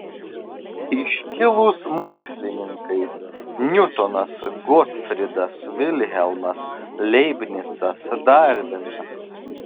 iškilūs mokslininkai niutonas gotfrydas vilhelmas leibnicas darvinas